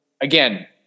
again